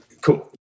cool